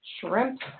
shrimp